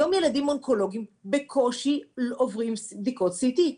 היום ילדים אונקולוגיים בקושי עוברים בדיקות CT,